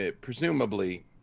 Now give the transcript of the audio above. presumably